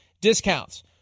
discounts